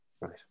Right